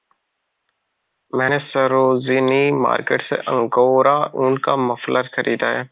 मैने सरोजिनी मार्केट से अंगोरा ऊन का मफलर खरीदा है